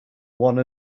one